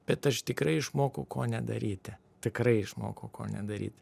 bet aš tikrai išmokau ko nedaryti tikrai išmokau ko nedaryti